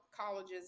colleges